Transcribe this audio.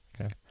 Okay